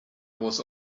was